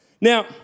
Now